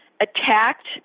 attacked